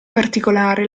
particolare